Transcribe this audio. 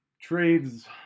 trades